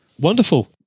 wonderful